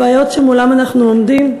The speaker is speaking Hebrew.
הבעיות שמולן אנחנו עומדים,